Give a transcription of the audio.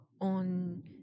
on